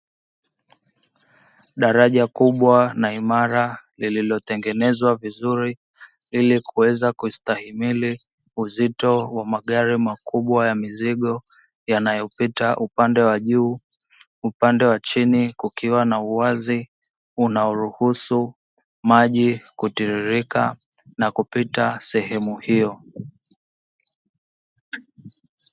Baraja kubwa na imara lililo tengenezwa vizuri hili kuweza kustahimili uzito wa magari makubwa ya mizigo yanayopita upande wa juu, upande wa chini kukiwa na uwazi unao ruhusu maji kutiririka na kupita sehemu hiyo.